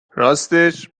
راستش